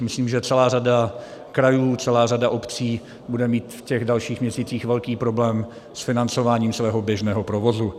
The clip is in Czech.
Myslím, že celá řada krajů, celá řada obcí bude mít v dalších měsících velký problém s financováním svého běžného provozu.